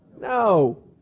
no